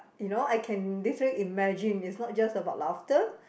you know I can this way imagine it's not just about laughter